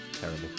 Terrible